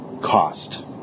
cost